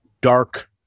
dark